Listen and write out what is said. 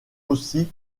aussi